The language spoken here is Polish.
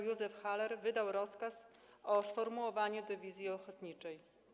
Józef Haller wydał rozkaz o sformułowaniu dywizji ochotniczej.